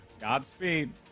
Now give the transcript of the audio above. Godspeed